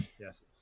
yes